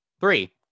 three